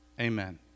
Amen